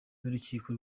n’urukiko